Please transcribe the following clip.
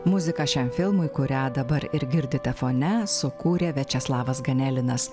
muzika šiam filmui kurią dabar ir girdite fone sukūrė viačeslavas ganelinas